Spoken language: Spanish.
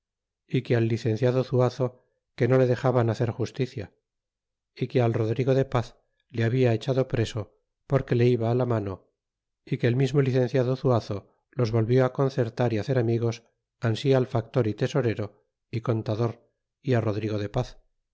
y que al licenciado zuazo que no le dexaban hacer justicia y que al rodrigo de paz le habla echado preso porque le iba la mano y que el mismo licenciado zuaro los volvió concertar y hacer amigos ansi al factor é tesorero y contador é rodrigo de paz